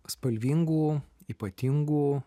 spalvingų ypatingų